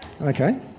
Okay